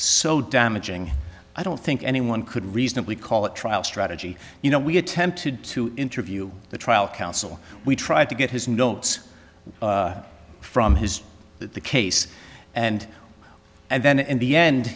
so damaging i don't think anyone could reasonably call it trial strategy you know we attempted to interview the trial counsel we tried to get his notes from his the case and and then in the end